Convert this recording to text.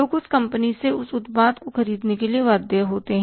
लोग उस कंपनी से उस उत्पाद को खरीदने के लिए बाध्य होते हैं